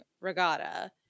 regatta